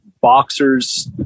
boxer's